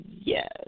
Yes